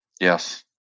Yes